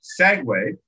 segue